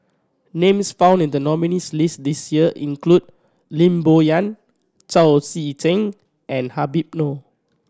names found in the nominees' list this year include Lim Bo Yam Chao Tzee Cheng and Habib Noh